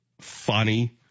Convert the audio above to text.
funny